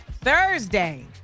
Thursday